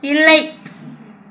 இல்லை